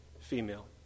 female